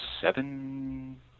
seven